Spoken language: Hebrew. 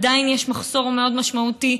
עדיין יש מחסור מאוד משמעותי.